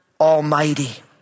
Almighty